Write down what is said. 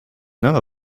none